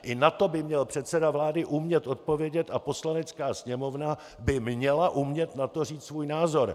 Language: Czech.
I na to by měl předseda vlády umět odpovědět a Poslanecká sněmovna by měla umět na to říct svůj názor.